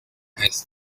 has